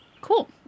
Cool